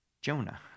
Jonah